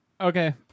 Okay